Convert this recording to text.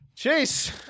Chase